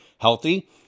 healthy